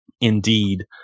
indeed